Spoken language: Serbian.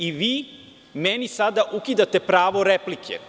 I vi meni sada ukidate pravo replike.